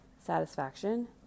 satisfaction